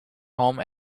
home